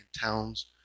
towns